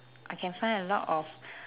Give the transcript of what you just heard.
I can find a lot of